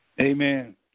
Amen